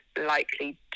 likely